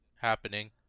happening